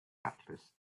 atlas